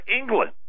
England